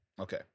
Okay